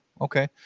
okay